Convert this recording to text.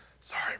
Sorry